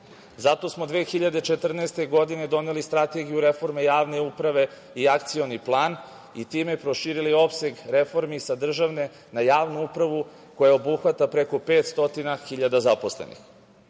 smo 2014. godine doneli Strategiju reforme javne uprave i Akcioni plan i time proširili opseg reformi sa državne na javnu upravu, koja obuhvata preko 500.000 zaposlenih. Pre